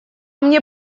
мне